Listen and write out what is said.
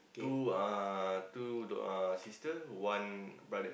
two uh two uh sister one brother